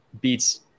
beats